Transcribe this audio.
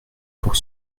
pour